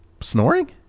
Snoring